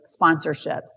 sponsorships